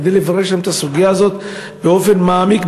כדי לברר שם את הסוגיה הזאת באופן מעמיק,